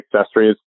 accessories